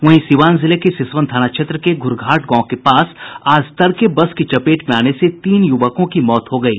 वहीं सीवान जिले के सिसवन थाना क्षेत्र के घुरघाट गांव के पास आज तड़के बस की चपेट में आने से तीन युवकों की मौत हो गयी